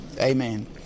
Amen